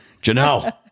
Janelle